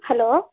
hello